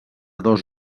dos